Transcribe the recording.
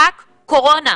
רק קורונה,